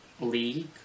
league